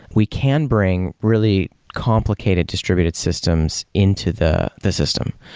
we can bring really complicated distributed systems into the the system.